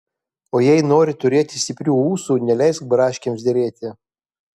o jei nori turėti stiprių ūsų neleisk braškėms derėti